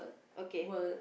okay